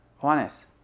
Juanes